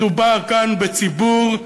מדובר כאן בציבור,